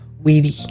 weedy